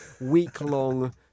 week-long